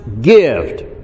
gift